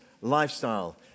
lifestyle